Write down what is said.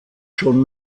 schon